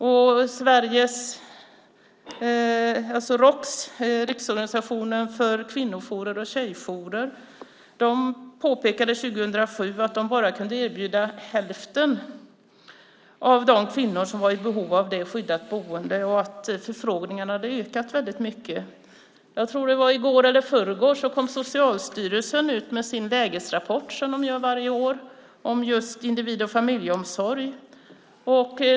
Och Roks, Riksorganisationen för kvinnojourer och tjejjourer i Sverige, påpekade 2007 att de bara kunde erbjuda skyddat boende till hälften av de kvinnor som var i behov av det och att förfrågningarna hade ökat väldigt mycket. Jag tror att det var i går eller förrgår som Socialstyrelsen kom ut med sin lägesrapport, som de gör varje år, om just individ och familjeomsorg.